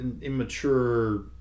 immature